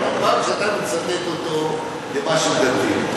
הרמב"ם, כשאתה מצטט אותו במשהו דתי.